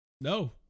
No